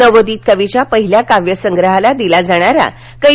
नवोदित कवीच्या पहिल्या काव्यसंग्रहाला दिला जाणारा कै